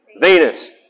Venus